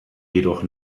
jedoch